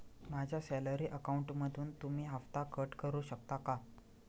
माझ्या सॅलरी अकाउंटमधून तुम्ही हफ्ता कट करू शकता का?